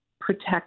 protect